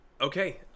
Okay